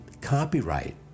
copyright